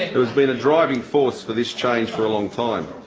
who has been a driving force for this change for a long time.